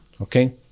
okay